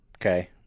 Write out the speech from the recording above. Okay